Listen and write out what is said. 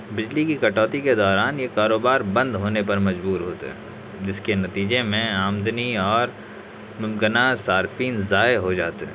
بجلی کی کٹوتی کے دوران یہ کاروبار بند ہونے پر مجبور ہوتے ہیں جس کے نتیجے میں آمدنی اور گنا صارفین ضائع ہو جاتے ہیں